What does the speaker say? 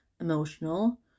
emotional